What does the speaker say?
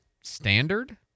standard